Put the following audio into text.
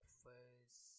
first